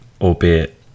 albeit